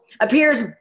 appears